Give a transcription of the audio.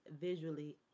visually